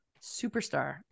superstar